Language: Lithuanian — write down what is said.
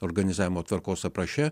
organizavimo tvarkos apraše